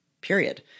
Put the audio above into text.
period